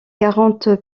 quarante